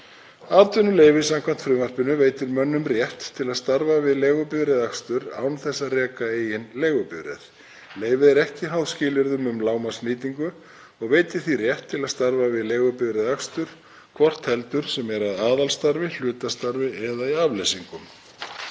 Atvinnuleyfi, samkvæmt frumvarpinu, veitir mönnum rétt til að starfa við leigubifreiðaakstur án þess að reka eigin leigubifreið. Leyfið er ekki háð skilyrðum um lágmarksnýtingu og veitir því rétt til að starfa við leigubifreiðaakstur, hvort heldur sem er að aðalstarfi, hlutastarfi eða í afleysingum.